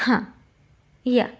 हां या